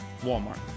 Walmart